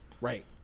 Right